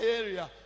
area